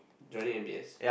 joining M_B_S